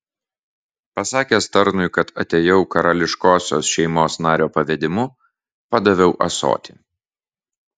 pasakęs tarnui kad atėjau karališkosios šeimos nario pavedimu padaviau ąsotį